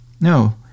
No